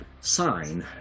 sign